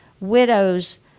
widows